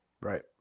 Right